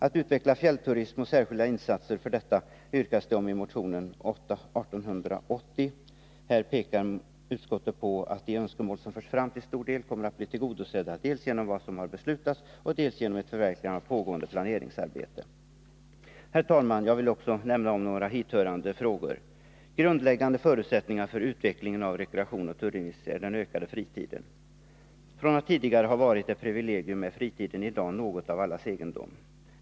Att utveckla fjällturism och särskilda insatser för detta yrkas det om i motionen 1880. Här pekar utskottet på att de önskemål som förts fram till stor del kommer att bli tillgodosedda, dels genom vad som har beslutats, dels genom ett förverkligande av pågående planeringsarbete. Herr talman! Jag vill också nämna om några hithörande frågor. Grundläggande förutsättning för utvecklingen av rekreation och turism är den ökade fritiden. Från att tidigare ha varit ett privilegium är fritiden i dag något av allas egendom.